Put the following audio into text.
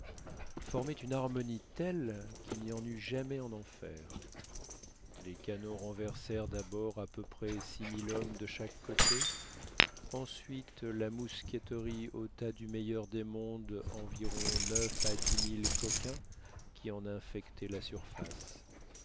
formaient une harmonie telle qu'il n'y en eut jamais en enfer les canons renversèrent d'abord à peu près six mille hommes de chaque côté ensuite la mousqueterie ôta du meilleur des mondes environ neuf à dix mille coquins qui en infectaient la surface